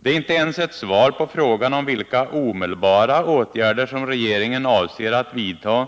Det är inte ens svar på frågan om vilka omedelbara åtgärder som regeringen avser att vidta